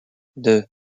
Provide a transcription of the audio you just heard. deux